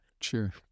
sure